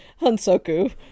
hansoku